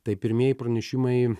tai pirmieji pranešimai